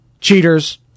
cheaters